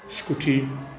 scooty